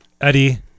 Eddie